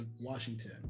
washington